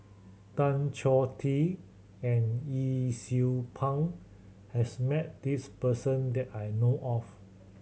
Tan Choh Tee and Yee Siew Pun has met this person that I know of